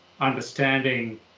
Understanding